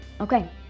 Okay